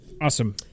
Awesome